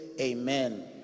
Amen